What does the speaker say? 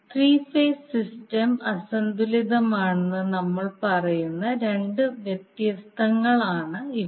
three phase system അസന്തുലിതമാണെന്ന് നമ്മൾ പറയുന്ന രണ്ട് വ്യവസ്ഥകളാണ് ഇവ